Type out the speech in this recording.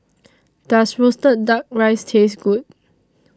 Does Roasted Duck Rice Taste Good